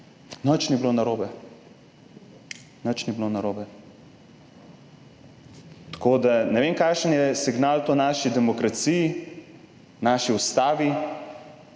ne on, ne, nič ni bilo narobe. Tako, da ne vem kakšen je signal to naši demokraciji, naši Ustavi.